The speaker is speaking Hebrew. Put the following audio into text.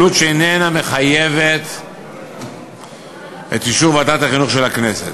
עלות שאיננה מחייבת את אישור ועדת החינוך של הכנסת.